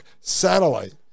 satellite